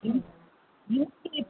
ఇంటికి